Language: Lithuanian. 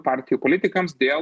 partijų politikams dėl